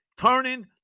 turning